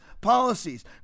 policies